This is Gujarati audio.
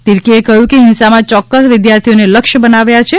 તીરકેએ કહ્યુંકે હિંસામાં ચોક્કસ વિદ્યાર્થીઓને લક્ષ્ય બનાવ્યાં છે